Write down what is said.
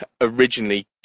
originally